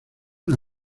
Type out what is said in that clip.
una